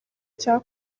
cya